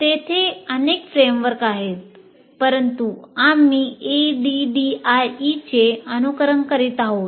तेथे अनेक फ्रेमवर्क आहेत परंतु आम्ही ADDIE चे अनुसरण करीत आहोत